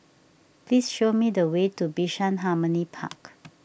please show me the way to Bishan Harmony Park